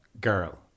girl